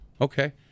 Okay